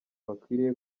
bakwiriye